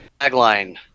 Tagline